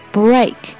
break